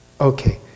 Okay